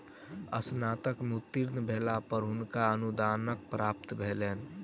स्नातक में उत्तीर्ण भेला पर हुनका अनुदान प्राप्त भेलैन